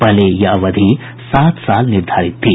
पहले यह अवधि सात साल निर्धारित थी